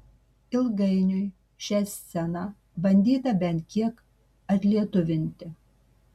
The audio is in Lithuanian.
ilgainiui šią sceną bandyta bent kiek atlietuvinti